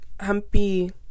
humpy